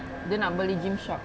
dia nak beli gymshark